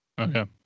Okay